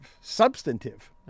substantive